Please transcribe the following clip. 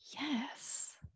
Yes